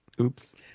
Oops